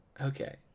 Okay